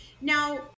Now